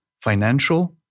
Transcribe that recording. financial